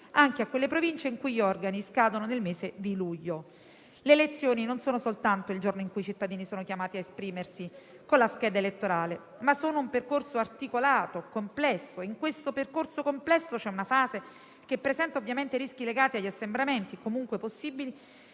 anche a quelle Provincie i cui organi scadono nel mese di luglio. Le elezioni non sono soltanto il giorno in cui i cittadini sono chiamati a esprimersi con la scheda elettorale, ma sono anche un percorso articolato e complesso. In questo percorso complesso c'è una fase che presenta ovviamente rischi legati agli assembramenti o comunque a possibili